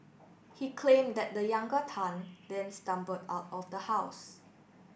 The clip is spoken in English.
he claimed that the younger Tan then stumbled out of the house